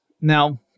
Now